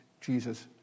Jesus